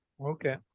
Okay